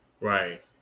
Right